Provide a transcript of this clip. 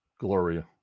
Gloria